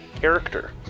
character